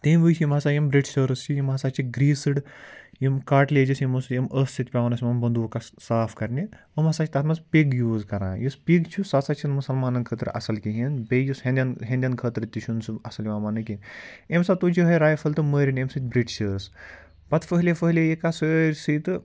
تٔمۍ وٕچھۍ یِم ہسا یِم برٛٹشٲرٕز چھِ یِم ہَسا چھِ گرٛیٖسٕڈ یِم کاٹلیجز یِمو سۭتۍ یِم ٲسہٕ سۭتۍ اوس پٮ۪وان اوس یِمَن بنٛدوقس صاف کَرنہِ یِم ہَسا چھِ تَتھ منٛز پِگ یوٗز کَران یُس پِگ چھُ سُہ ہَسا چھِنہٕ مُسلمانن خٲطرٕ اَصٕل کِہیٖنۍ بیٚیہِ یُس ہیٚنٛدٮ۪ن ہیٚنٛدٮ۪ن خٲطرٕ تہِ چھُ سُہ اَصٕل یِوان مانٛنہٕ کینٛہہ أمۍ ہسا تُج یِہوٚے رایفل تہٕ مٲرِن ییٚمہِ سۭتۍ بِرٹشٲرٕس پَتہٕ پھٔہلے پھٔہلے یہِ کَتھ سٲرۍسٕے تہٕ